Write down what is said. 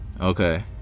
okay